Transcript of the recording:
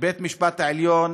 בית-המשפט העליון,